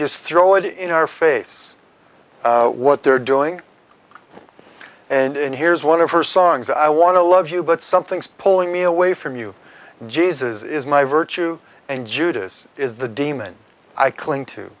just throw it in our face what they're doing and here's one of her songs i want to love you but something's pulling me away from you jesus is my virtue and judas is the daemon i cling to